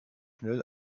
schnell